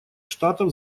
штатов